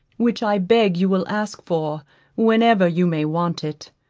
which i beg you will ask for whenever you may want it.